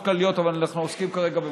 ארכה.